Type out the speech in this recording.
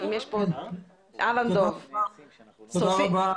תודה רבה